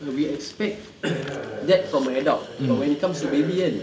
we expect that from an adult but when it comes to baby kan